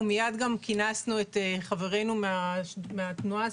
ומיד גם כינסנו את חברינו מהתנועה הסביבתית.